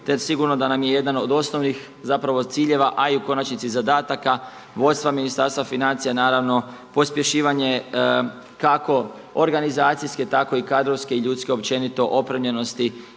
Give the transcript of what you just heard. sigurno da nam je jedan od osnovnih zapravo ciljeva, a i u konačnici zadataka vodstva Ministarstva financija naravno pospješivanje kako organizacijske tako i kadrovske i ljudske općenito opremljenosti